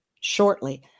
shortly